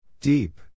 Deep